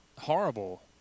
horrible